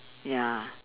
ya